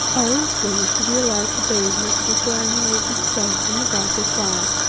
i also was to be allowed to bathe my superannuated self in the vital fires,